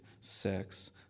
sex